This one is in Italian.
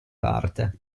parte